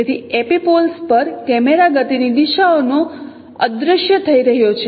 તેથી એપિપોલ્સ પણ કેમેરા ગતિની દિશાનો અદ્રશ્ય થઈ રહ્યો છે